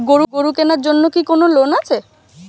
গরু কেনার জন্য কি কোন লোন আছে?